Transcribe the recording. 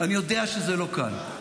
אני יודע שזה לא קל,